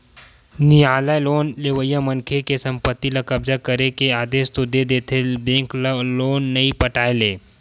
नियालय लोन लेवइया मनखे के संपत्ति ल कब्जा करे के आदेस तो दे देथे बेंक ल लोन नइ पटाय ले